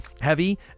heavy